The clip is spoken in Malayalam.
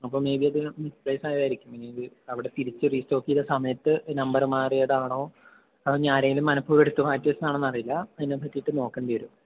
അപ്പോ മെയ്ബി അത് മിസ്പ്ലേസായതായിരിക്കും ഇനിയത് അവിടെ തിരിച്ച് റീസ്റ്റോക്ക് ചെയ്ത സമയത്ത് നമ്പർ മാറിയതാണോ അതോ ഇനി ആരെങ്കിലും മനപ്പൂർവം എടുത്ത് മാറ്റി വെച്ചതാണോന്നറിയില്ല അതിനെ പറ്റിയിട്ട് നോക്കേണ്ടി വരും